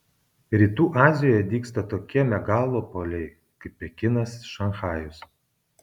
rytų azijoje dygsta tokie megalopoliai kaip pekinas šanchajus